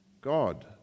God